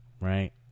right